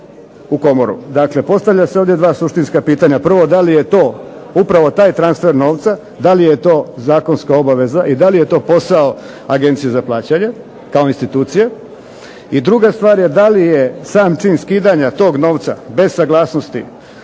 u Komoru. Dakle, postavlja se ovdje dva suštinska pitanja. Prvo, da li je to upravo taj transfer novca, da li je to zakonska obaveza i da li je to posao Agencije za plaćanje kao institucije. I druga stvar je da li je sam čin skidanja tog novca bez saglasnosti